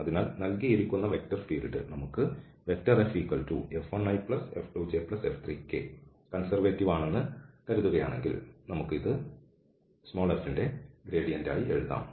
അതിനാൽ നൽകിയിരിക്കുന്ന vector field നമുക്ക് FF1iF2jF3kകൺസെർവേറ്റീവ് ആണെന്ന് കരുതുകയാണെങ്കിൽ നമുക്ക് ഇത് f ന്റെ ഗ്രേഡിയന്റായി എഴുതാം